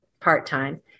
part-time